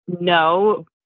no